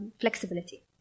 flexibility